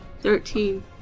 Thirteen